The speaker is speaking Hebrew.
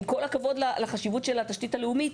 עם כל הכבוד לחשיבות של התשתית הלאומית,